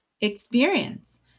experience